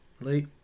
late